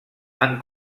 han